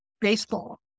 baseball